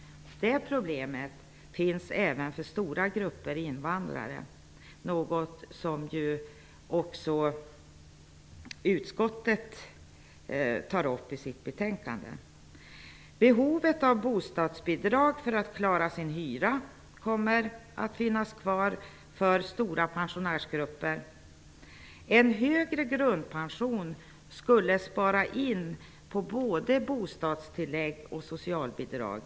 Det problemet finns bl.a. för stora grupper av invandrare, något som också utskottet berör i sitt betänkande. Behovet av bostadsbidrag för att klara hyran kommer att finnas kvar för stora pensionsgrupper. En högre grundpension skulle spara in på både bostadstillägg och socialbidrag.